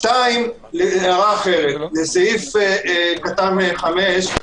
שתיים, לסעיף קטן (5),